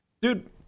Dude